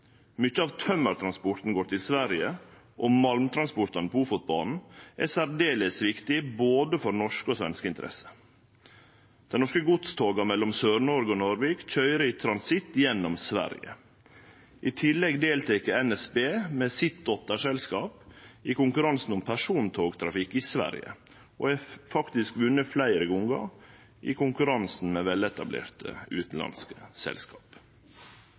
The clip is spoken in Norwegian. mykje av tømmertransporten går til Sverige, og malmtransportane på Ofotbanen er særdeles viktige for både norske og svenske interesser. Dei norske godstoga mellom Sør-Noreg og Narvik køyrer i transitt gjennom Sverige. I tillegg deltek NSB med sitt dotterselskap i konkurransen om persontogtrafikk i Sverige og har faktisk vunne fleire gonger i konkurranse med veletablerte utanlandske selskap.